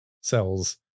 cells